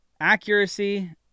accuracy